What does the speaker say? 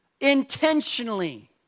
Intentionally